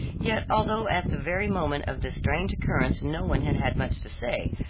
yet although at the very moment of this strange occurrence no one had had much to say,